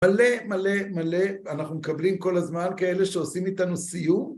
מלא, מלא, מלא, אנחנו מקבלים כל הזמן כאלה שעושים איתנו סיום.